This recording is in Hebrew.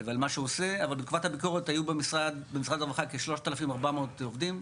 ועל מה שהוא עושה אבל בתקופת הביקורת היו במשרד הרווחה כ-3,400 עובדים,